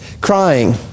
crying